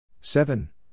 seven